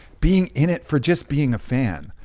being in it for just being a fan,